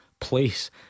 place